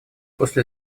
после